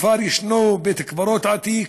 בכפר יש בית-קברות עתיק,